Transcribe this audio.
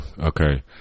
Okay